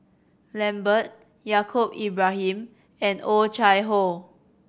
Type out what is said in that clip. Lambert Yaacob Ibrahim and Oh Chai Hoo